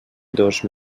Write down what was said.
dos